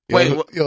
Wait